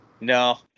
No